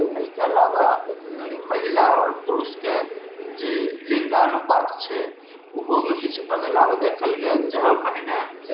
एहिके अलावा महिला आओर पुरुषके जे लिंगानुपात छै ओहोमे किछु बदलाव देखल गेल जहाँ पहिने